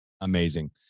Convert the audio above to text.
Amazing